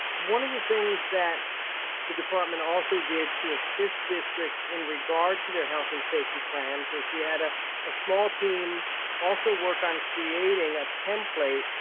one of the things that the department also did to assist districts in regard to their health and safety plans is we had ah a small team also work on creating a template.